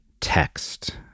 text